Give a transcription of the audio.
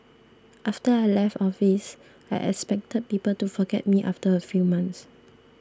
after I left office I expected people to forget me after a few months